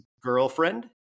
girlfriend